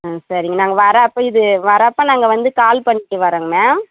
ஆ சரிங்க நாங்கள் வர்றப்போ இது வர்றப்போ நாங்கள் வந்து கால் பண்ணிவிட்டு வரோங்க மேம்